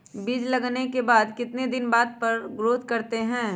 बीज लगाने के बाद कितने दिन बाद पर पेड़ ग्रोथ करते हैं?